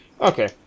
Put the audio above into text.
Okay